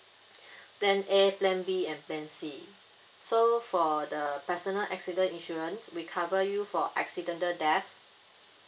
then A plan B and plan C so for the personal accident insurance we cover you for accidental death